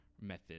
method